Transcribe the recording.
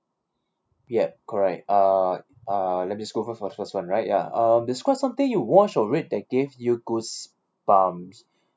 yup correct uh uh let me scroll first for the first one right ya uh discuss something you watch or read that gave you goosebumps